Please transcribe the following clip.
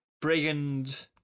brigand